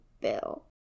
Bill